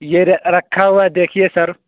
یہ رکھا ہوا ہے دیکھیے سر